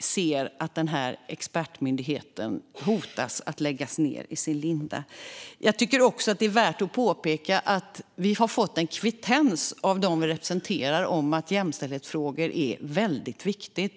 ser att denna expertmyndighet hotas att kvävas i sin linda. Jag tycker också att det är värt att påpeka att vi har fått en kvittens av dem som vi representerar om att jämställdhetsfrågor är väldigt viktiga.